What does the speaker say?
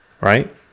right